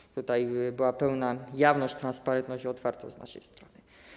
I tutaj była pełna jawność, transparentność i otwartość z naszej strony.